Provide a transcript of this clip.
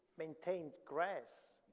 maintained grass,